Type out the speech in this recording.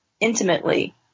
intimately